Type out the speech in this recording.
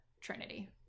Trinity